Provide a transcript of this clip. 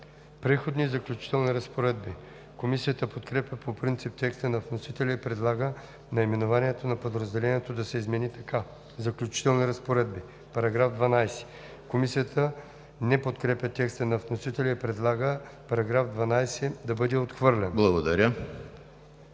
„Преходни и заключителни разпоредби“. Комисията подкрепя по принцип текста на вносителя и предлага наименованието на подразделението да се измени така: „Заключителни разпоредби“. Комисията не подкрепя текста на вносителя и предлага § 12 да бъде отхвърлен.